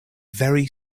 very